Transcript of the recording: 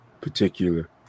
particular